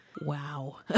Wow